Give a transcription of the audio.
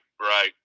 right